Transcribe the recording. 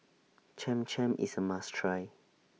Cham Cham IS A must Try